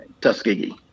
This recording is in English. Tuskegee